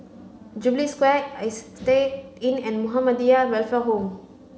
Jubilee Square Istay Inn and Muhammadiyah Welfare Home